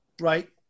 Right